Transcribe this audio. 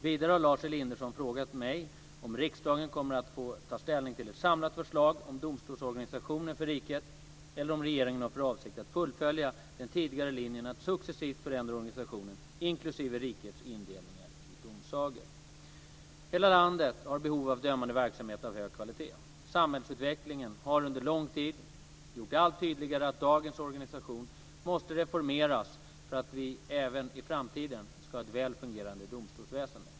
Vidare har Lars Elinderson frågat mig om riksdagen kommer att få ta ställning till ett samlat förslag om domstolsorganisation för riket eller om regeringen har för avsikt att fullfölja den tidigare linjen att successivt förändra organisationen, inklusive rikets indelning i domsagor. Hela landet har behov av dömande verksamhet av hög kvalitet. Samhällsutvecklingen har under lång tid gjort det allt tydligare att dagens organisation måste reformeras för att vi även i framtiden ska ha ett väl fungerande domstolsväsende.